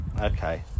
okay